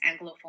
Anglophone